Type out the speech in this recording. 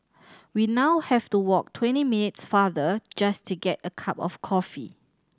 we now have to walk twenty minutes farther just to get a cup of coffee